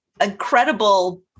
incredible